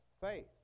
faith